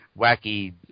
wacky